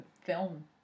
film